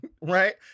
Right